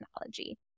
technology